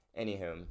Anywho